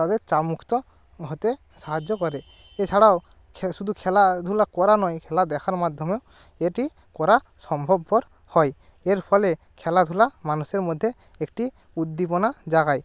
তাদের চাপমুক্ত হতে সাহায্য করে এছাড়াও খে শুধু খেলাধুলা করা নয় খেলা দেখার মাধ্যমেও এটি করা সম্ভবপর হয় এর ফলে খেলাধুলা মানুষের মধ্যে একটি উদ্দীপনা জাগায়